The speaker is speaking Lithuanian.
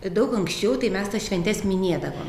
daug anksčiau tai mes tas šventes minėdavom